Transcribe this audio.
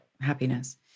happiness